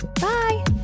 Bye